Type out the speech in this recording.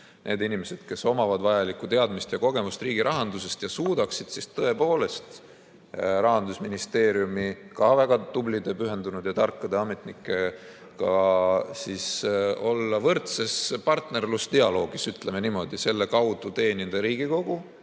need inimesed, kes omavad vajalikku teadmist ja kogemust riigi rahandusest ning suudaksid tõepoolest Rahandusministeeriumi ka väga tublide, pühendunud ja tarkade ametnikega olla võrdses partnerlusdialoogis, ütleme niimoodi, ja selle kaudu teenida Riigikogu,